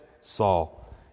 Saul